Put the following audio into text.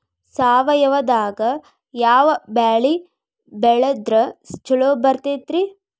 ಸಾವಯವದಾಗಾ ಯಾವ ಬೆಳಿ ಬೆಳದ್ರ ಛಲೋ ಬರ್ತೈತ್ರಿ?